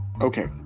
Okay